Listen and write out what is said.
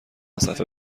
صفحه